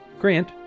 Grant